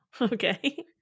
Okay